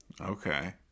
Okay